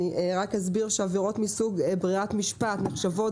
אני רק אסביר שעבירות מסוג ברירת משפט נחשבות